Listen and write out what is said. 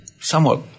somewhat